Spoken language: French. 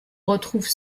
retrouve